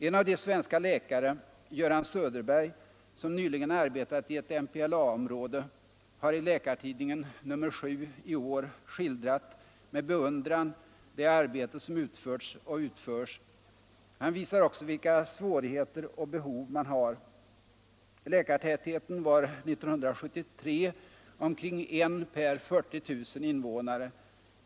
En av de svenska läkare som nyligen har arbetat i ett MPLA-område, Göran Söderberg, har i Läkartidningen nr 7 i år skildrat — med beundran — det arbete som utförts och utförs. Han visar också vilka svårigheter och behov man har. Läkartätheten var 1973 omkring en läkare per 40 000 invånare.